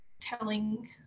Telling